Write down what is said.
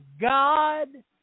God